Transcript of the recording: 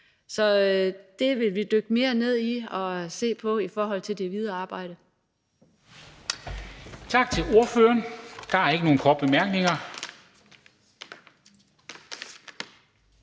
så det vil vi dykke mere ned i og se på i det videre arbejde.